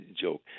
joke